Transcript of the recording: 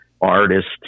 artist